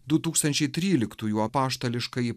du tūkstančiai tryliktųjų apaštališkąjį